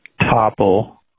topple